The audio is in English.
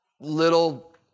little